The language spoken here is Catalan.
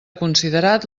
considerat